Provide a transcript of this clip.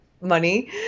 money